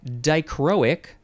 dichroic